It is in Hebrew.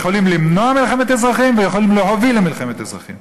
יכולים למנוע מלחמת אזרחים ויכולים להוביל למלחמת אזרחים.